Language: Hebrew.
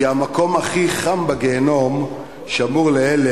כי המקום הכי חם בגיהינום שמור לאלה